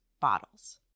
bottles